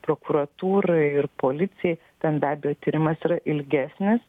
prokuratūrai ir policijai ten be abejo tyrimas yra ilgesnis